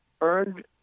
earned